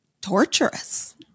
torturous